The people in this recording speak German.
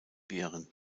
wehren